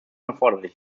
erforderlich